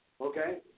okay